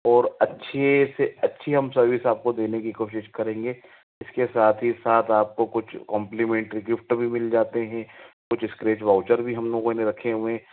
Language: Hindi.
और अच्छी से अच्छी हम सर्विस हम आपको देने की कोशिश करेंगे इसके साथ ही साथ आपको कुछ कंप्लीमेंट गिफ्ट मिल जाते हैं कुछ स्क्रैच वाउचर भी हम लोगों ने रखे हुए हैं